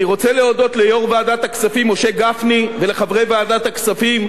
אני רוצה להודות ליושב-ראש ועדת הכספים משה גפני ולחברי ועדת הכספים.